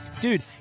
Dude